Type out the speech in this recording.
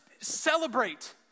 celebrate